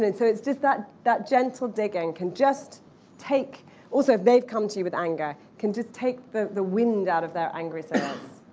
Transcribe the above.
so it's just that that gentle digging can just take also, if they've come to you with anger, can just take the the wind out of their angry sails.